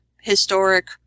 historic